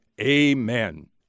amen